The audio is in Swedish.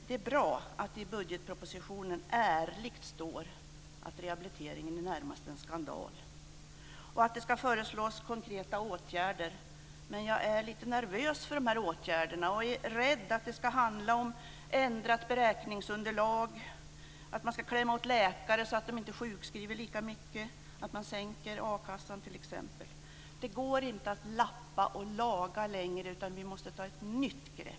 Det är bra att det i budgetpropositionen ärligt står att rehabiliteringen närmast är en skandal och att det ska föreslås konkreta åtgärder, men jag är lite nervös inför dessa åtgärder. Jag är rädd att det ska handla om ändrat beräkningsunderlag, att man ska klämma åt läkare så att de inte sjukskriver lika mycket och att man sänker akassan, t.ex. Det går inte att lappa och laga längre, utan vi måste ta ett nytt grepp.